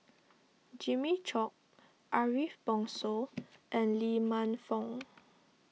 Jimmy Chok Ariff Bongso and Lee Man Fong